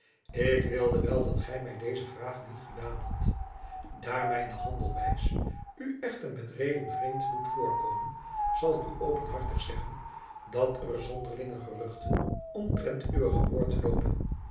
ik wilde wel dat gij mij deze vraag niet gedaan hadt daar mijne handelwijs u echter met reden vreemd moet voorkomen zal ik u openhartig zeggen dat er zonderlinge geruchten omtrent uwe geboorte loopen